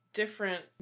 different